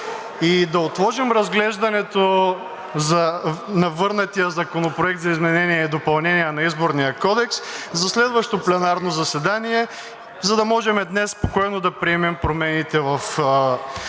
и да отложим разглеждането на върнатия Законопроект за изменение и допълнение на Изборния кодекс за следващо пленарно заседание, за да можем днес спокойно да приемем промените в Закона за